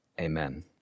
amen